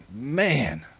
Man